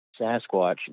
Sasquatch